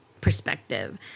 perspective